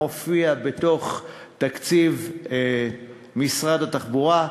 מופיע בתוך תקציב משרד התחבורה,